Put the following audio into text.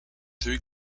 three